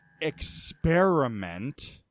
experiment